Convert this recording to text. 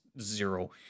zero